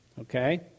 okay